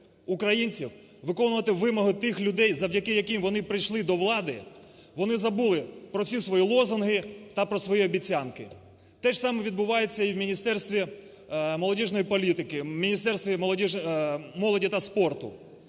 українців, виконувати вимоги тих людей, завдяки яким вони прийшли до влади, вони забули про всі свої лозунги та про свої обіцянки. Те ж саме відбувається і в Міністерстві молодіжної політики, Міністерстві молоді та спорту.